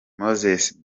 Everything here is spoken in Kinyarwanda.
moses